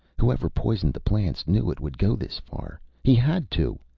whoever poisoned the plants knew it would go this far! he had to!